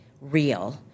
real